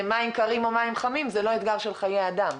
מים קרים או מים חמים זה לא אתגר של חיי אדם.